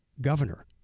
governor